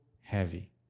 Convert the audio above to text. heavy